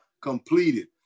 completed